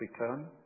return